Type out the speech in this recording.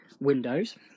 windows